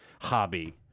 hobby